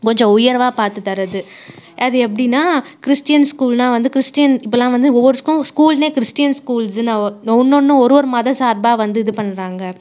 கொஞ்சம் உயர்வாக பார்த்து தர்றது அது எப்படின்னா கிறிஸ்டின் ஸ்கூல்னா வந்து கிறிஸ்டின் இப்போல்லாம் வந்து ஒவ்வொரு ஸ்கூ ஸ்கூல்னே கிறிஸ்டின் ஸ்கூல்ஸுன்னா ஒ ஒன்றோன்றும் ஒரு ஒரு மத சார்பாக வந்து இது பண்ணுறாங்க